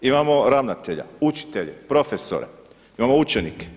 Imamo ravnatelja, učitelje, profesore, imamo učenike.